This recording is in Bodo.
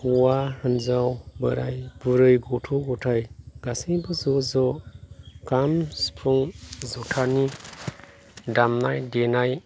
हौवा हिन्जाव बोराइ बुरै गथ' गथाइ गासैबो ज' ज' खाम सिफुं जथानि दामनाय देनाय